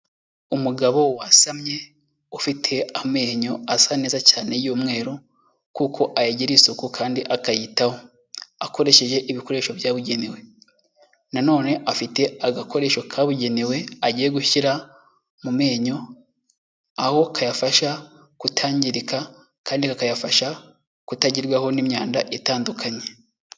Umugabo wasamye ufite amenyo asa neza cyane y'umweru, kuko ayagirira isuku kandi akayitaho akoresheje ibikoresho byabugenewe. Na none afite agakoresho kabugenewe agiye gushyira mu menyo, aho kayafasha kutangirika kandi kakayafasha kutagerwaho n'imyanda itandukanye.